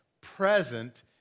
present